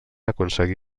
aconseguí